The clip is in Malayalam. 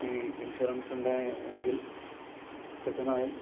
ഈ ഇൻഷൂറൻസ് ഉണ്ട് എങ്കിൽ കൃത്യമായും